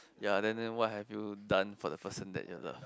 ya then then what have you done for the person that you love